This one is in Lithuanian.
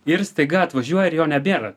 ir staiga atvažiuoja ir jo nebėra